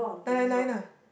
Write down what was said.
nine nine nine lah